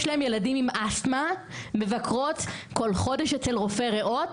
להן ילדים עם אסתמה מבקרות כל חודש אצל רופא ראות.